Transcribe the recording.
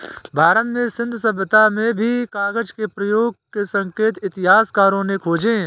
भारत में सिन्धु सभ्यता में भी कागज के प्रयोग के संकेत इतिहासकारों ने खोजे हैं